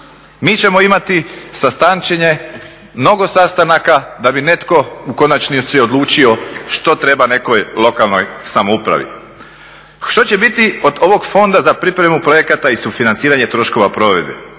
mi ćemo imati sastančenje, mnogo sastanaka da bi netko u konačnici odlučio što treba nekoj lokalnoj samoupravi. Što će biti od ovog fonda za pripremu projekata i sufinanciranje troškova provedbe?